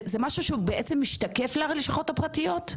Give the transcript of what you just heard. זה משהו שהוא בעצם משתקף ללשכות הפרטיות?